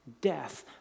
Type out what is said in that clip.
death